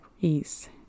ease